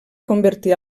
convertir